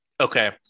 okay